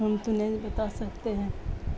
ہم تو نہیں بتا سکتے ہیں